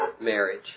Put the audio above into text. marriage